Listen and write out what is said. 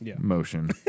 motion